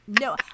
no